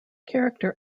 character